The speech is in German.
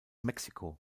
mexiko